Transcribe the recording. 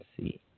see